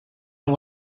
and